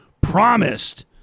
promised